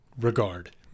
regard